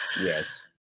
yes